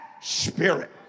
spirit